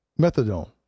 methadone